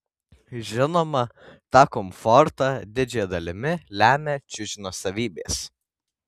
žinoma tą komfortą didžiąja dalimi lemia čiužinio savybės